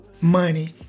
money